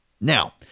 Now